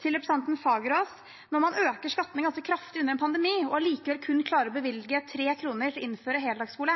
Til representanten Fagerås: Når man øker skattene ganske kraftig under en pandemi og allikevel kun klarer å bevilge 3 kr til å innføre heldagsskole,